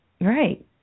Right